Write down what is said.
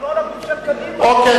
אוקיי,